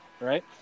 right